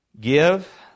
Give